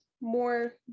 more